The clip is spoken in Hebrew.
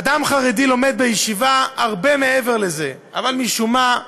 אדם חרדי לומד בישיבה הרבה מעבר לזה, אבל משום מה,